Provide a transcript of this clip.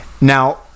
Now